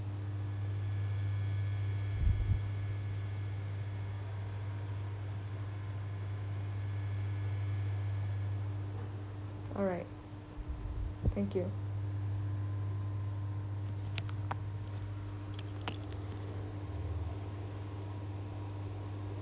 alright thank you